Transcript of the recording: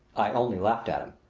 i only laughed at him.